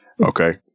Okay